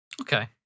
Okay